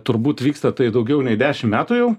turbūt vyksta tai daugiau nei dešimt metų